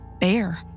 bear